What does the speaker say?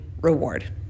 reward